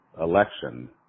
election